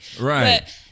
right